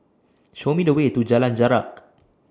Show Me The Way to Jalan Jarak